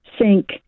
sink